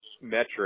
metric